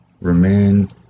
remain